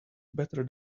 better